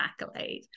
accolade